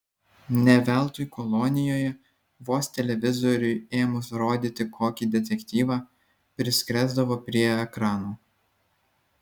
ne veltui kolonijoje vos televizoriui ėmus rodyti kokį detektyvą priskresdavo prie ekrano